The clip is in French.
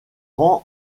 rend